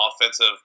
offensive